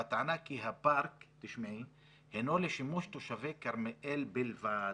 בטענה כי הפארק הינו לשימוש תושבי כרמיאל בלבד".